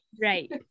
Right